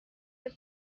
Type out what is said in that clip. the